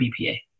BPA